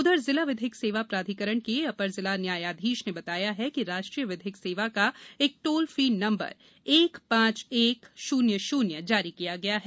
उधर जिला विधिक सेवा प्राधिकरण के अपर जिला न्यायाधीश ने बताया राष्ट्रीय विधिक सेवा का एक टोल फ्री नंबर एक पांच एक शन्य शन्य जारी किया गया है